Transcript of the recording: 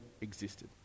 existed